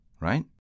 right